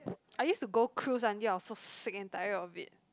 I use to go cruise until I was so sick and tired of it